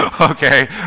okay